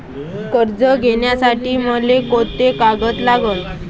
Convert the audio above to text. कर्ज घ्यासाठी मले कोंते कागद लागन?